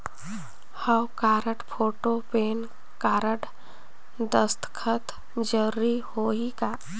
हव card, photo, PAN card, दस्खत जरूरी होही का?